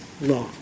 law